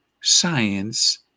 science